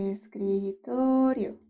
Escritorio